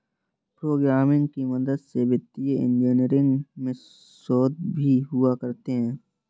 programming की मदद से वित्तीय इन्जीनियरिंग में शोध भी हुआ करते हैं